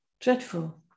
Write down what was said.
dreadful